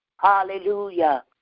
Hallelujah